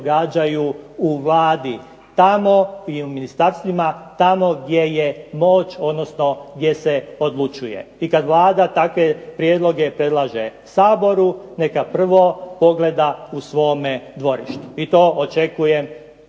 u Vladi. Tamo i u ministarstvima. Tamo gdje je moć, odnosno gdje se odlučuje. I kad Vlada takve prijedloge predlaže Saboru neka prvo pogleda u svome dvorištu i to očekujem